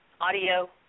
audio